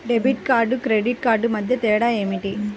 Debit కార్డుకు credit కార్డుకు మధ్య తేడా ఏమిటీ?